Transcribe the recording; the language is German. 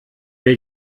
wir